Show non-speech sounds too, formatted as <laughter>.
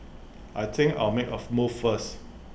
I think I'll make A <noise> move first